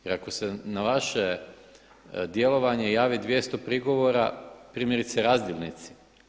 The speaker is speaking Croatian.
Jer ako se na vaše djelovanje javi 200 prigovora, primjerice razdjelnici.